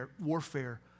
warfare